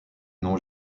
nom